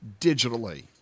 digitally